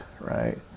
right